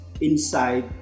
inside